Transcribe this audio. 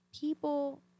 people